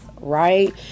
right